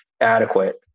adequate